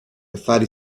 affari